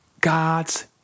God's